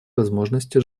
возможности